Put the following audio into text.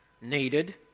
needed